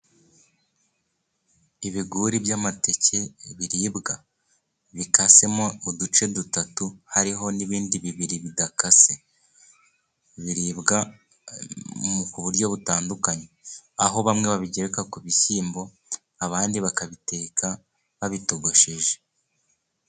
Ibiguri by'amateke biribwa, bikasemo uduce dutatu hariho n'ibindi bibiri bidakase, biribwa mu buryo butandukanye ,aho bamwe babigereka ku bishyimbo, abandi bakabiteka babitogosheje.